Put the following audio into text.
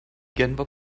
genfer